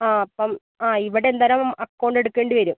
ആ അപ്പം ആ ഇവിടെയെന്തായാലും അക്കൗണ്ട് എടുക്കേണ്ടി വരും